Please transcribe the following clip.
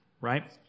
right